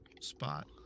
spot